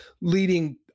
leading